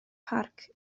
parc